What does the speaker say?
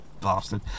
Bastard